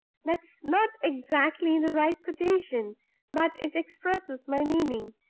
that's not exactly the right quotation but it expresses my meaning,